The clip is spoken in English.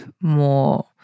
more